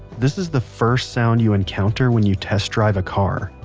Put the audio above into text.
this is the first sound you encounter when you test drive a car.